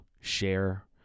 share